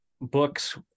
books